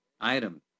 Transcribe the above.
item